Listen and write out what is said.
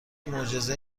معجزه